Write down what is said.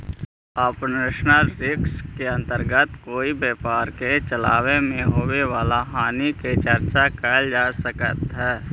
operational risk के अंतर्गत कोई व्यापार के चलावे में होवे वाला हानि के चर्चा कैल जा सकऽ हई